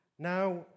Now